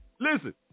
Listen